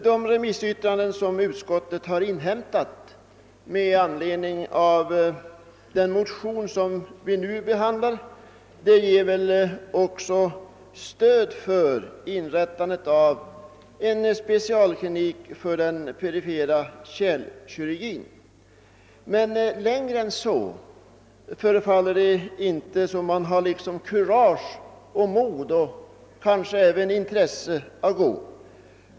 De remissyttranden som utskottet inhämtat med anledning av den motion vi nu behandlar ger också stöd för förslaget om inrättande av en specialklinik för perifer kärlkirurgi. Längre än så förefaller det inte som om man hade kurage och kanske inte heller intresse att gå.